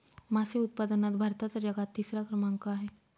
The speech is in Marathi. मासे उत्पादनात भारताचा जगात तिसरा क्रमांक आहे